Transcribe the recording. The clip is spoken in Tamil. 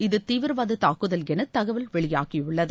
இது தீவிரவாத தூக்குதல் எள தகவல் வெளியாகியுள்ளது